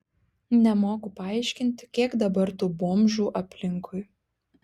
nemoku paaiškinti kiek dabar tų bomžų aplinkui